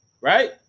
right